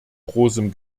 großem